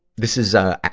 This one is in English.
this is, ah,